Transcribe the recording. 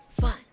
Fun